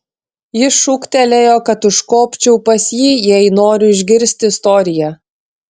jis šūktelėjo kad užkopčiau pas jį jei noriu išgirsti istoriją